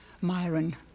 Myron